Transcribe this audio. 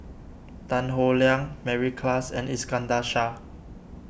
Tan Howe Liang Mary Klass and Iskandar Shah